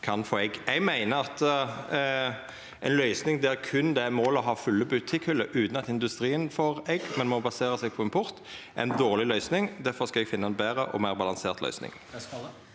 Eg meiner at ei løysing der målet berre er å ha fulle butikkhyller utan at industrien får egg, men må basere seg på import, er ei dårleg løysing. Difor skal eg finna ei betre og meir balansert løysing.